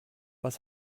was